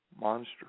Monster